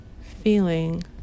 feeling